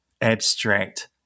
abstract